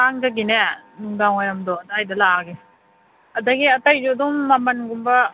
ꯊꯥꯡꯖꯒꯤꯅꯦ ꯅꯨꯡꯗꯥꯡ ꯋꯥꯏꯔꯝꯗꯣ ꯑꯗꯥꯏꯗ ꯂꯥꯛꯑꯒꯦ ꯑꯗꯒꯤ ꯑꯇꯩꯁꯨ ꯑꯗꯨꯝ ꯃꯃꯟꯒꯨꯝꯕ